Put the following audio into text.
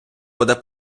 буде